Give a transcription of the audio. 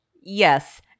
Yes